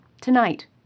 tonight